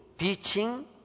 teaching